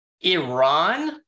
Iran